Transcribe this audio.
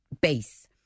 base